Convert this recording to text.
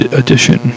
edition